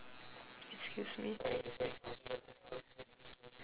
excuse me